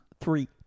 Three